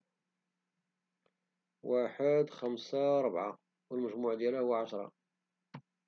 واحد خمسة أربعة والمجموع ديالها هو عشرة.